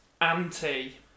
Anti